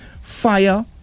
fire